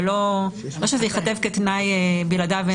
אבל לא שזה ייכתב כתנאי שבלעדיו אין תקנות.